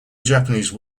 japanese